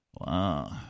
Wow